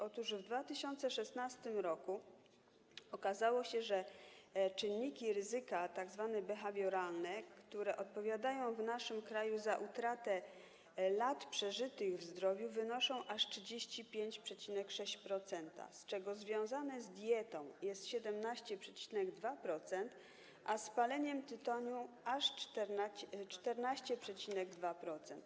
Otóż w 2016 r. okazało się, że czynniki ryzyka, tzw. behawioralne, które odpowiadają w naszym kraju za utratę lat przeżytych w zdrowiu, wynoszą aż 35,6%, z czego związanych z dietą jest 17,2%, a z paleniem tytoniu aż 14,2%.